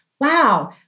wow